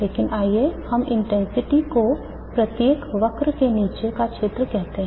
लेकिन आइए हम इंटेंसिटी को प्रत्येक वक्र के नीचे का क्षेत्र कहते हैं